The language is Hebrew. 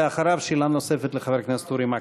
ואחריו שאלה נוספת לחבר הכנסת אורי מקלב.